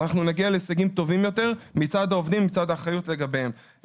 אנחנו נגיע להישגים טובים יותר מצד העובדים ומצד האחריות לגביהם.